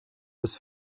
des